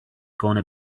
gonna